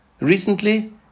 recently